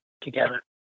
together